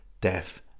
death